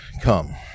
come